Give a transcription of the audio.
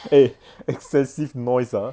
eh excessive noise ah